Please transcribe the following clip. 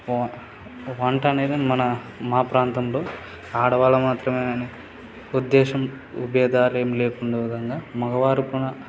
వంట అనేది మన మా ప్రాంతంలో ఆడవాళ్ళు మాత్రమే అని ఉద్దేశం భేదాలు ఏం లేకుండా విధంగా మగవారు కూడా